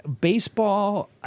Baseball